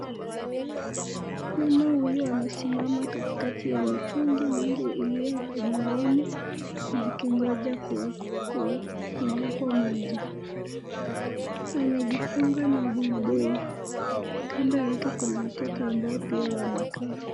Mama huyu amesimama katikati ya mitungi mingi iliyo kwenye laini, zikingoja kuwekwa maji, amejifunga na buibui kando yake kuna watoto ambao pia wao wamekaa.